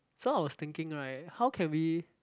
so I was thinking right how can we